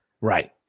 Right